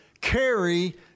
carry